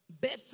better